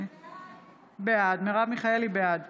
בעד